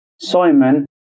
Simon